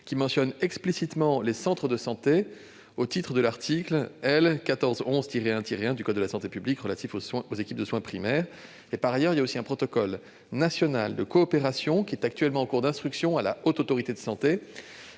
mentionne explicitement les centres de santé, au titre de l'article L. 1411-11-1 du code de la santé publique relatif aux équipes de soins primaires. Par ailleurs, il existe également un protocole national de coopération qui est en cours d'instruction devant la Haute Autorité de santé.